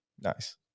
nice